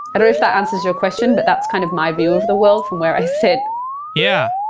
i don't know if that answers your question, but that's kind of my view of the world from where i sit yeah.